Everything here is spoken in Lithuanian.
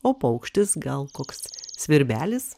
o paukštis gal koks svirbelis